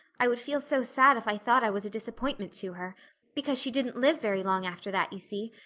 i would feel so sad if i thought i was a disappointment to her because she didn't live very long after that, you see.